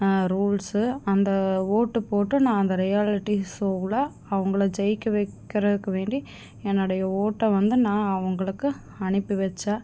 rules அந்த ஒட்டுப்போட்டு நான் அந்த ரியாலிட்டி ஸோவில் அவங்களை ஜெயிக்கவைக்கிறதுக்கு வேண்டி என்னுடைய ஓட்டை வந்து நான் அவர்களுக்கு அனுப்பி வைச்சேன்